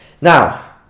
Now